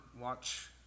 watch